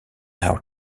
our